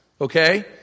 okay